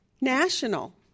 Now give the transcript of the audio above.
National